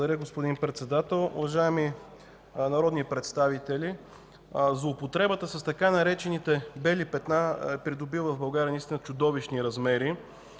Благодаря, господин Председател. Уважаеми народни представители, злоупотребата с така наречените „бели петна” е придобила в България наистина чудовищни размери.